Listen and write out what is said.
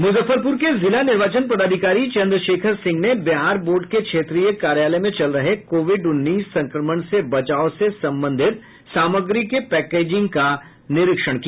मज़ुफ्फरपुर के जिला निर्वाचन पदाधिकारी चन्द्र शेखर सिंह ने बिहार बोर्ड के क्षेत्रीय कार्यालय मे चल रहे कोविड उन्नीस संक्रमण से बचाव से संबंधित सामग्री के पैकेजिंग का निरीक्षण किया